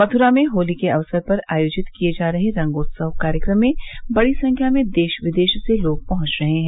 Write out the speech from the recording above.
मथुरा में होली के अवसर पर आयोजित किए जा रहे रंगोत्सव कार्यक्रम में बड़ी संख्या में देश विदेश से लोग पहुंच रहे हैं